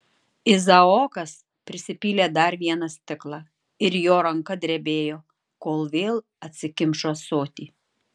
izaokas prisipylė dar vieną stiklą ir jo ranka drebėjo kol vėl atsikimšo ąsotį